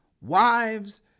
wives